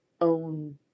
own